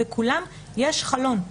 בכולם יש חלון,